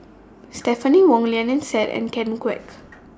Stephanie Wong Lynnette Seah and Ken Kwek